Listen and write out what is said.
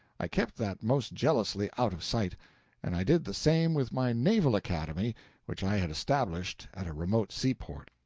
i kept that most jealously out of sight and i did the same with my naval academy which i had established at a remote seaport.